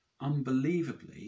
unbelievably